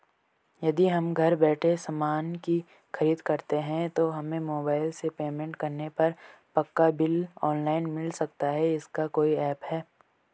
यदि हम घर बैठे सामान की खरीद करते हैं तो हमें मोबाइल से पेमेंट करने पर पक्का बिल ऑनलाइन मिल सकता है इसका कोई ऐप है